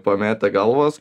pametę galvas